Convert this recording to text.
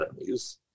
enemies